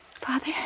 Father